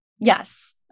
yes